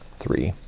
three,